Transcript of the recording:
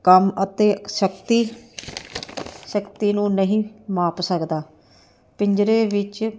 ਕੰਮ ਅਤੇ ਸ਼ਕਤੀ ਸ਼ਕਤੀ ਨੂੰ ਨਹੀਂ ਮਾਪ ਸਕਦਾ ਪਿੰਜਰੇ ਵਿੱਚ